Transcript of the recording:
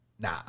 nah